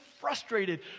frustrated